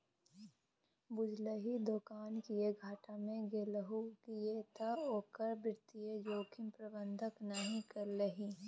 बुझलही दोकान किएक घाटा मे गेलहु किएक तए ओकर वित्तीय जोखिम प्रबंधन नहि केलही